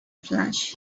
flash